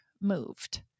moved